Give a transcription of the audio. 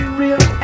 real